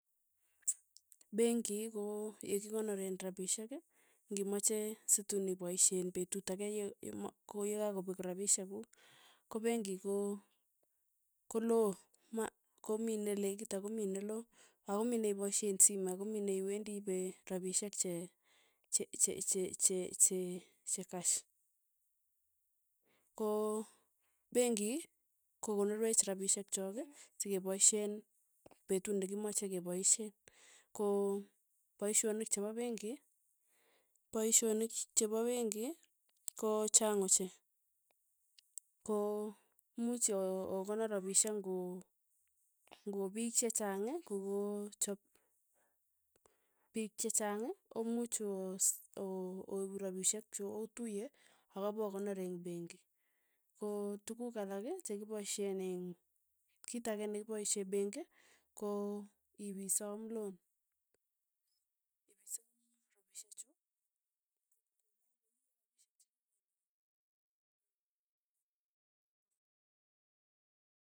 Benki ko yekikonoree rapishek, ng'imache si tuun ipaishen petut ake ye yema koyakakopek rapishek kuk. ko penki ko kolo. ma komi nelekit ako mii ne loo, ako mi nepaishen sime ako mii neiwendi iipe rapishek che che- che- che- che kash. ko penki kokonorwech rapishek chok sekepaishen petut nekimache kepaishen, ko paishonik chepa penki, paishonik chepa penki ko chaang ochei, ko muuch o- okonor rapishek ng'o ng'o piik chechang kokochap piik chechang omuch oo- o- oip rapishek chu otuye, akopokonor eng' penki, ko tukuk alak chekipaishen eng' kit ake nekipaishe penki ko ipisom loon. ng'isom rapishe chu. kokakoiyo rapishek chekikainde akaunt